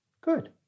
good